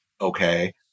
okay